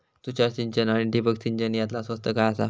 तुषार सिंचन आनी ठिबक सिंचन यातला स्वस्त काय आसा?